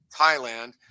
thailand